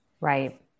Right